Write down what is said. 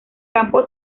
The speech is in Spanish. campo